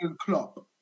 Klopp